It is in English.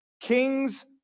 kings